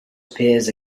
appears